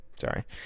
Sorry